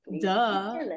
duh